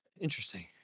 Interesting